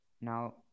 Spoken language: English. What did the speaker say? Now